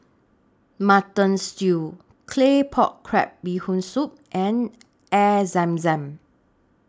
Mutton Stew Claypot Crab Bee Hoon Soup and Air Zam Zam